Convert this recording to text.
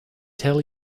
tell